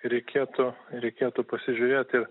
reikėtų reikėtų pasižiūrėt ir